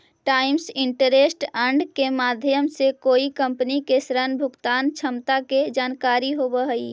times interest earned के माध्यम से कोई कंपनी के ऋण भुगतान क्षमता के जानकारी होवऽ हई